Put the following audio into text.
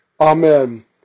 Amen